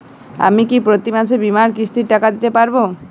আমি কি প্রতি মাসে বীমার কিস্তির টাকা দিতে পারবো?